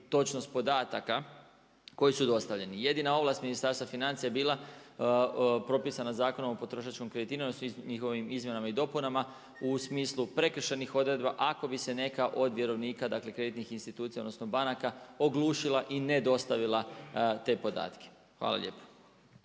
točnost podataka koji su dostavljeni. Jedina ovlast Ministarstva financija je bila propisana Zakonom o potrošačkom kreditiranju njihovim izmjenama i dopunama u smislu prekršajnih odredbi ako bi se neka od vjerovnika dakle kreditnih institucija odnosno banaka oglušila i ne dostavila te podatke. Hvala lijepo.